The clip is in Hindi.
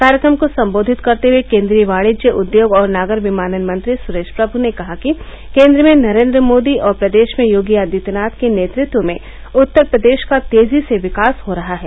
कार्यक्रम को सम्बोधित करते हुर्य केन्द्रीय वाणिज्य उद्योग और नागर विमानन मंत्री सुरेश प्रमु ने कहा कि केन्द्र में नरेन्द्र मोदी और प्रदेश में योगी आदित्यनाथ के नेतृत्व में उत्तर प्रदेश का तेजी से विकास हो रहा है